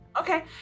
okay